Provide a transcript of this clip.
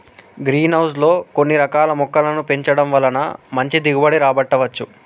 green house లో కొన్ని రకాల మొక్కలను పెంచడం వలన మంచి దిగుబడి రాబట్టవచ్చు